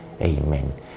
Amen